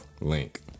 Link